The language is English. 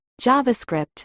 JavaScript